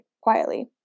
quietly